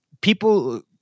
people